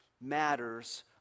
matters